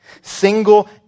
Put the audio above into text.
Single